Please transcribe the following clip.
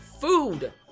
Food